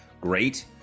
great